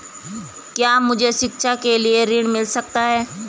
क्या मुझे शिक्षा के लिए ऋण मिल सकता है?